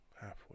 Halfway